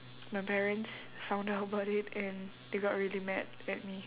my parents found out about it and they got really mad at me